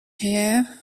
here